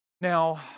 Now